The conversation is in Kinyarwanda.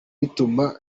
bituma